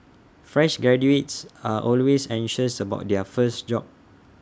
fresh graduates are always anxious about their first job